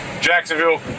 Jacksonville